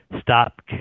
stop